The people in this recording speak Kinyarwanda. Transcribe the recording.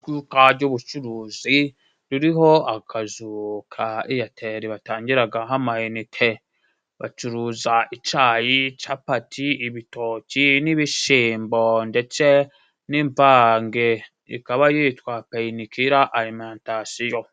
Iduka ry' bucuruzi ririho akazu ka eyatele batangiragaho amayinite. Bacuruza icayi, capati ,ibitoki n'ibishyimbo, ndetse n'imvange, ikaba yitwa Peyinikila alimantasiyo.